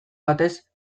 batez